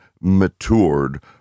matured